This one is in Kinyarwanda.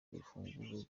urufunguzo